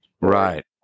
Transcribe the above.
Right